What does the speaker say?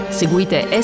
seguite